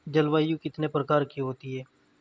जलवायु कितने प्रकार की होती हैं?